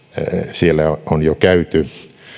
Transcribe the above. siellä on jo käyty